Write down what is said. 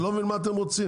אני לא מבין מה אתם רוצים?